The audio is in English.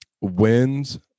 wins